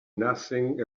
nothing